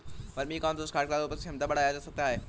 Vermi compost डालकर उपज की क्षमता को कैसे बढ़ाया जा सकता है?